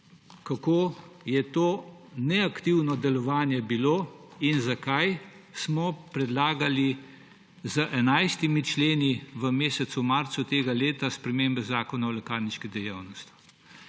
kako je bilo to neaktivno delovanje in zakaj smo predlagali z 11 členi v mesecu marcu tega leta spremembe Zakona o lekarniški dejavnosti.